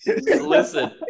Listen